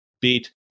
beat